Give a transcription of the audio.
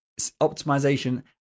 optimization